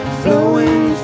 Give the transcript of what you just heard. flowing